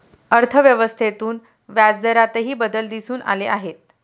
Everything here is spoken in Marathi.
अर्थव्यवस्थेतून व्याजदरातही बदल दिसून आले आहेत